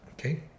Okay